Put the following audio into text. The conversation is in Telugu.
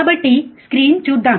కాబట్టి స్క్రీన్ చూద్దాం